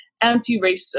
anti-racist